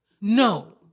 no